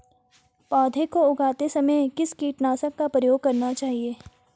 पौध को उगाते समय किस कीटनाशक का प्रयोग करना चाहिये?